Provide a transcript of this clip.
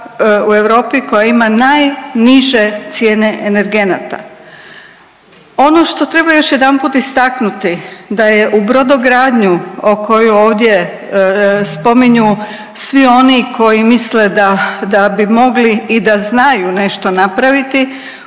u Europi koja ima najniže cijene energenata. Ono što treba još jedanput istaknuti, da je u brodogradnju o kojoj ovdje spominju svi oni koji misle da bi mogli i da znaju nešto napraviti,